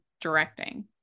directing